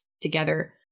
together